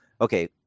Okay